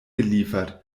geliefert